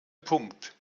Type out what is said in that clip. punkt